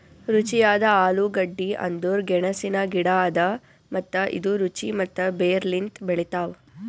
ರುಚಿಯಾದ ಆಲೂಗಡ್ಡಿ ಅಂದುರ್ ಗೆಣಸಿನ ಗಿಡ ಅದಾ ಮತ್ತ ಇದು ರುಚಿ ಮತ್ತ ಬೇರ್ ಲಿಂತ್ ಬೆಳಿತಾವ್